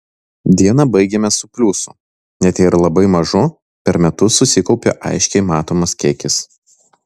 dieną baigiame su pliusu net jei ir labai mažu per metus susikaupia aiškiai matomas kiekis